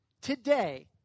today